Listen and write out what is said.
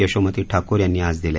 यशोमती ठाकूर यांनी आज दिले